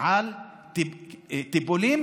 על טיפולים